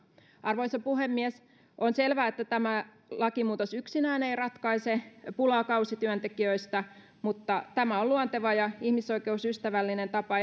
arvoisa puhemies on selvää että tämä lakimuutos yksinään ei ratkaise pulaa kausityöntekijöistä mutta tämä on luonteva ja ihmisoikeusystävällinen tapa